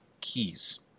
keys